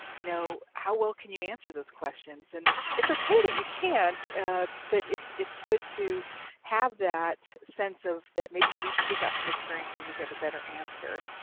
you know how well can you answer those questions? and it's okay that you can't but it's it's good to have that sense of that maybe you need to seek out some experiences so you have a better answer.